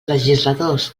legisladors